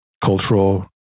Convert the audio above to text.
cultural